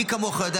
מי כמוך יודע,